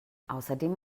außerdem